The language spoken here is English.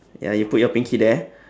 ya you put your pinky there